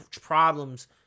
problems